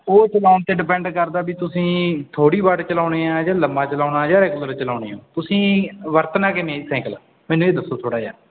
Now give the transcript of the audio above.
ਉਹ ਚਲਾਉਣ 'ਤੇ ਡਿਪੈਂਡ ਕਰਦਾ ਵੀ ਤੁਸੀਂ ਥੋੜ੍ਹੀ ਵਾਟ ਚਲਾਉਣੇ ਆ ਜਾਂ ਲੰਮਾ ਚਲਾਉਣਾ ਜਾਂ ਰੈਗੁਲਰ ਚਲਾਉਣੀ ਆ ਤੁਸੀਂ ਵਰਤਣਾ ਕਿਵੇਂ ਜੀ ਸਾਈਕਲ ਮੈਨੂੰ ਇਹ ਦੱਸੋ ਥੋੜ੍ਹਾ ਜਿਹਾ